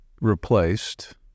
replaced